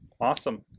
Awesome